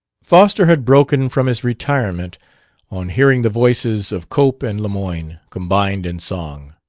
foster had broken from his retirement on hearing the voices of cope and lemoyne combined in song.